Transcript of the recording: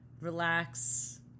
relax